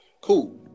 cool